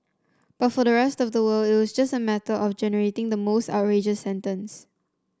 but for the rest of the world it'll just a matter of generating the most outrageous sentence